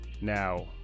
Now